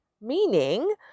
meaning